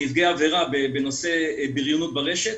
נפגעי עבירה, בנושא בריונות ברשת.